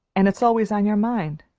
and it's always on your mind.